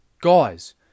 Guys